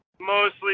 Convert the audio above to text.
mostly